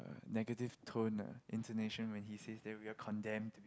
negative tone ah intonation when he says that we are condemned